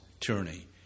tyranny